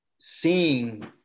seeing